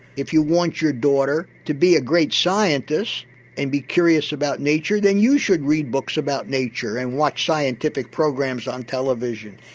if you want your daughter to be a great scientist and be curious about nature, then you should read books about nature and watch scientific programs on television.